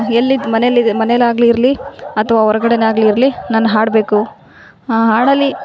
ಎಲ್ಲಿದು ಮನೆಯಲ್ಲಿ ಮನೆಯಲಾಗಲಿ ಇರಲಿ ಅಥ್ವಾ ಹೊರ್ಗಡೆನೇ ಆಗ್ಲಿ ಇರಲಿ ನಾನು ಹಾಡಬೇಕು ಹಾಡಲ್ಲಿ